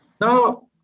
now